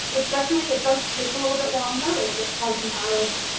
it definitely, it does take a little bit longer. like it has an added